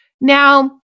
Now